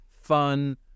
fun